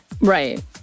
Right